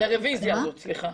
לרביזיה הזאת, סליחה.